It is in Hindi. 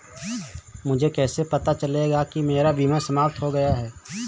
मुझे कैसे पता चलेगा कि मेरा बीमा समाप्त हो गया है?